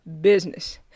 Business